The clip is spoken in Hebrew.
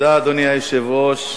אדוני היושב-ראש,